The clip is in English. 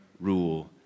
rule